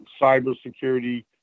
cybersecurity